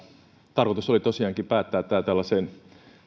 tarkoitus oli tosiaankin päättää tämä tällaiseen